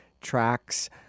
tracks